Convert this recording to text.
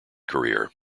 career